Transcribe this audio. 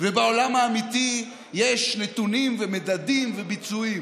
ובעולם האמיתי יש נתונים ומדדים וביצועים.